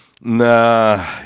Nah